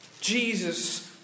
Jesus